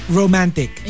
romantic